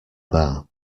bar